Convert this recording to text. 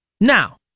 Now